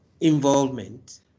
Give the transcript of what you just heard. involvement